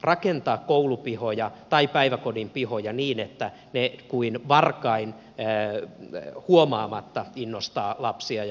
rakentaa koulupihoja tai päiväkodin pihoja niin että ne kuin varkain huomaamatta innostavat lapsia ja nuoria liikkumaan